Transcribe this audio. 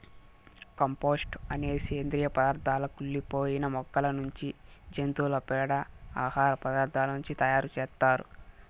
compost అనేది సేంద్రీయ పదార్థాల కుళ్ళి పోయిన మొక్కల నుంచి, జంతువుల పేడ, ఆహార పదార్థాల నుంచి తయారు చేత్తారు